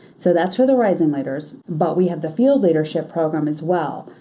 so that's for the rising leaders, but we have the field leadership program as well.